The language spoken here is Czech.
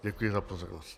Děkuji za pozornost.